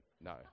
no